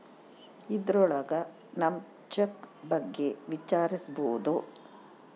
ಇದ್ರೊಳಗ ನಮ್ ಚೆಕ್ ಬಗ್ಗೆ ವಿಚಾರಿಸ್ಬೋದು